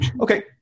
okay